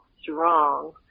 strong